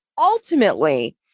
ultimately